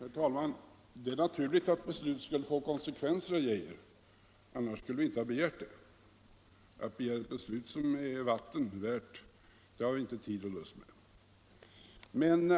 Herr talman! Det är naturligt att beslutet skulle få konsekvenser, herr Geijer, annars skulle vi inte ha begärt detta beslut. Att begära ett beslut som är vatten värt har vi inte tid och lust med.